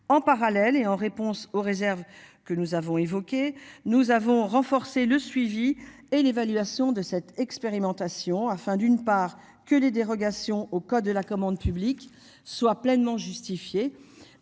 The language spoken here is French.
en parallèle et en réponse aux réserves que nous avons évoqués, nous avons renforcé le suivi et l'évaluation de cette expérimentation afin d'une part que les dérogations au code de la commande publique soit pleinement justifiée.